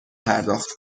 پرداخت